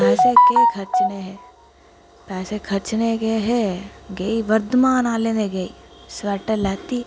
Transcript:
पैसे केह् खरचने हे गेई बरदमान आह्लें दे गेई स्वैटर लैत्ती